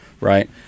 right